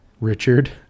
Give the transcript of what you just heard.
Richard